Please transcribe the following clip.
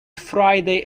friday